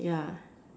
ya